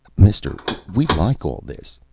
mister, we like all this,